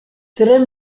tre